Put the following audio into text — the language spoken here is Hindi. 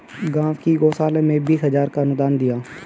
गांव की गौशाला में बीस हजार का अनुदान दिया